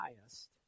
highest